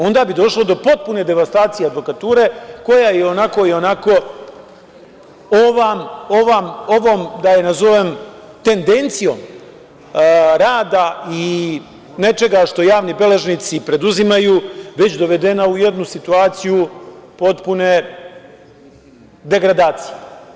Onda bi došlo do potpune devastacije advokature, koja je ionako, ionako ovom, da je nazovem, tendencijom rada i nečega što javni beležnici preduzimaju, već dovedena u jednu situaciju potpune degradacije.